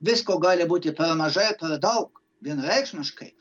visko gali būti per mažai tada daug vienareikšmiškai